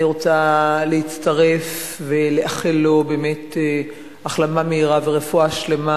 אני רוצה להצטרף ולאחל לו החלמה מהירה ורפואה שלמה.